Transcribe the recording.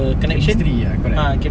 history ah call that